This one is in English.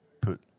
put